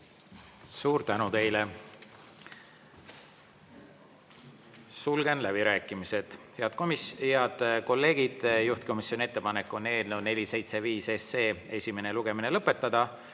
Suur tänu teile! Sulgen läbirääkimised. Head kolleegid, juhtivkomisjoni ettepanek on eelnõu 475 esimene lugemine lõpetada.